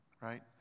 right